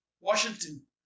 Washington